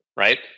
right